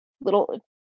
little